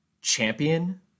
champion